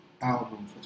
album